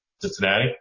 Cincinnati